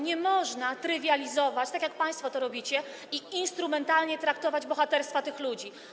Nie można trywializować, tak jak państwo to robicie, i instrumentalnie traktować bohaterstwa tych ludzi.